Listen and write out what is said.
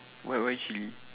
why why chilli